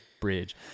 Bridge